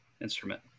instrument